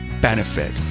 benefit